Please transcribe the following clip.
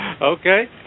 Okay